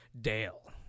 Dale